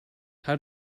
how